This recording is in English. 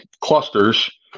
clusters